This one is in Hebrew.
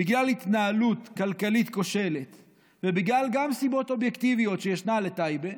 בגלל התנהלות כלכלית כושלת וגם בגלל סיבות אובייקטיביות שישנן לטייבה,